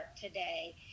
today